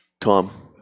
Tom